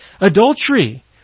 adultery